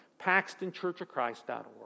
paxtonchurchofchrist.org